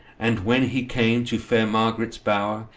and when he came to fair marg'ret's bower,